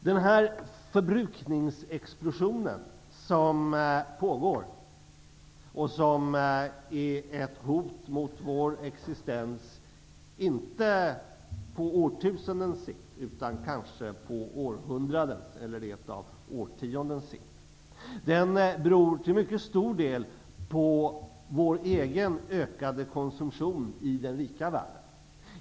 Den förbrukningsexplosion som pågår och som är ett hot mot vår existens, inte på årtusendens sikt, utan kanske på århundradens eller rent av årtiondens sikt, beror till mycket stor del på vår egen ökade konsumtion i den rika världen.